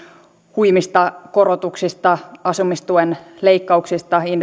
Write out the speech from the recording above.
huimista korotuksista asumistuen leikkauksista